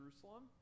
Jerusalem